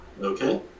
Okay